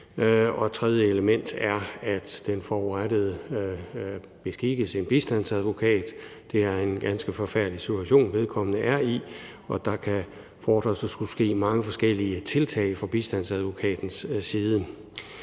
Og et tredje element er, at den forurettede beskikkes en bistandsadvokat. Det er en ganske forfærdelig situation, vedkommende er i, og der kan man så forestille sig skal ske mange forskellige tiltag fra bistandsadvokatens side.